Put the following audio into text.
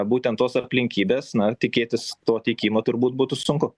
būtent tos aplinkybės na tikėtis to teikimo turbūt būtų sunku